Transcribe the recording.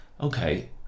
Okay